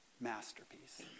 masterpiece